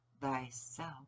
thyself